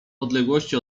odległości